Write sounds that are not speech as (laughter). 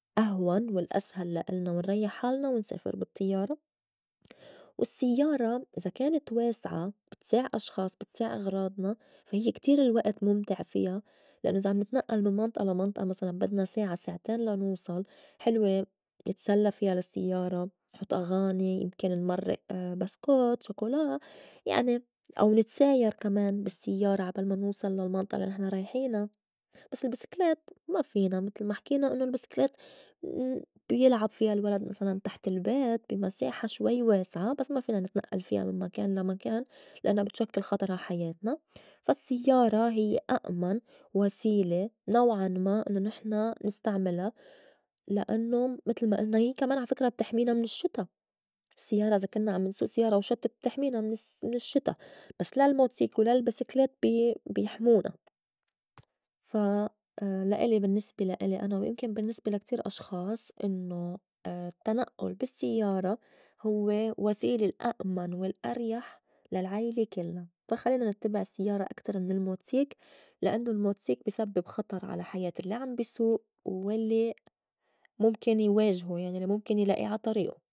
أهون والأسهل لإلنا ونريّح حالنا ونسافر بالطيّارة، والسيّارة إذا كانت واسعة بتساع أشخاص بتساع اغراضنا فا هيّ كتير الوقت مُمتع فيا لأنّو إذا عم نتنئّل من منطئة لا منطئة مسلاً بدنا ساعة ساعتين لا نوصل حلوة يتسلّى فيا للسيّارة بتحط أغاني يمكن نمرّئ بسكوت شوكولا يعني أو نتساير كمان بالسيّارة عبال ما نوصل للمنطقة لي نحن رايحينا، بس البسكليت ما فينا متل ما حكينا إنّو البسكليت بيلعب فيا الولد مسلاً تحت البيت بي مساحة شوي واسعة بس ما فينا نتنئّل فيا من مكان لا مكان لأنّا بتشكّل خطر عحياتنا. فا السيّارة هيّ أئمن وسيلة نوعاً ما إنّو نحن نستعملا لأنّو متل ما إلنا، هيّ كمان على فكرة بتحمينا من الشّتا السيّارة إذا كنّا عم نسوء سيارة وشتّت بتحمينا من- الس- من الشّتا، بس لا الموتسيك ولا البسكليت بي- بيحمونا، (noise) فا لإلي بالنّسبة لإلي أنا ويمكن بالنّسبة لا كتير أشخاص إنّو التنئُّل بالسيّارة هوّ وسيلة الأمن والأريح للعيلة كلّا فا خلّينا نتّبع السيّارة أكتر من الموتسيك لأنّو الموتسيك بي سبّب خطر على حياة الّي عم بي سوء والّي مُمكن يواجهو يعني مُمكن يلائي على طريقه.